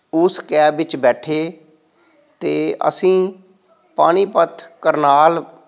ਉਸ ਕੈਬ ਵਿੱਚ ਬੈਠੇ ਤਾਂ ਅਸੀਂ ਪਾਣੀਪਤ ਕਰਨਾਲ